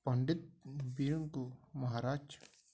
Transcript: ପଣ୍ଡିତ ବିରୁଙ୍କୁୁ ମହାରାଜ